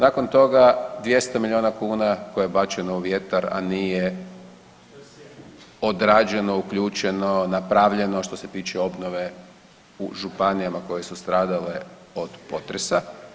Nakon toga 200 milijuna kuna koje je bačeno u vjetar a nije odrađeno, uključeno, napravljeno što se tiče obnove u županijama koje su stradale od potresa.